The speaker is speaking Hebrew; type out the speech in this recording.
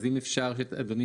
אז אם אפשר אדוני,